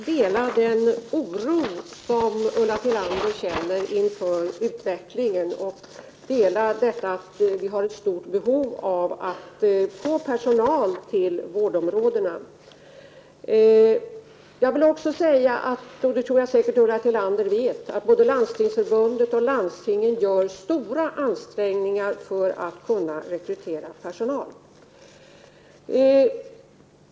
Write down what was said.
Herr talman! Jag kan inte helt dela den oro som Ulla Tillander känner inför utvecklingen och inför detta att vi har ett stort behov av att få personal till vårdområdena. Jag tror säkert att Ulla Tillander vet att både Landstingsförbundet och landstingen gör stora ansträngningar för att kunna rekrytera personal.